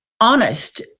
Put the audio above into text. honest